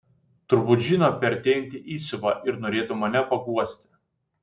turbūt žino apie artėjantį įsiuvą ir norėtų mane paguosti